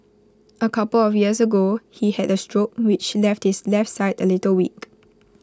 A couple of years ago he had A stroke which left his left side A little weak